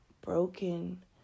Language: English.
broken